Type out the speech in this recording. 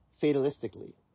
fatalistically